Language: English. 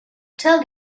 tell